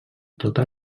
tota